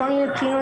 מכל מיני בחינות,